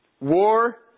War